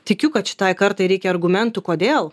tikiu kad šitai kartai reikia argumentų kodėl